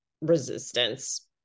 resistance